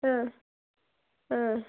ಹಾಂ ಹಾಂ